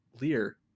Lear